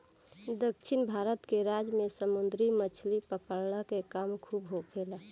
दक्षिण भारत के राज्य में समुंदरी मछली पकड़ला के काम खूब होखेला